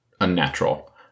unnatural